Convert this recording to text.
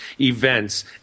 events